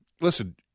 listen